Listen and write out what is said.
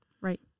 Right